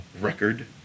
record